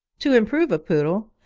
to improve a poodle,